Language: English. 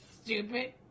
Stupid